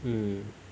mmhmm